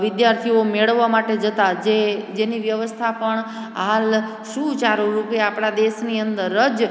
વિદ્યાર્થીઓ મેળવવા માટે જતાં જે જેની વ્યવસ્થા પણ હાલ શું વિચારું કે આપણા દેશની અંદર જ